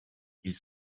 ils